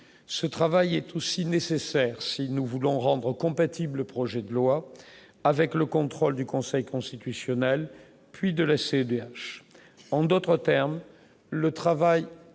ce travail est aussi nécessaire si nous voulons rendre compatible le projet de loi avec le contrôle du Conseil constitutionnel, puis de la CEDEAO en d'autres termes, le travail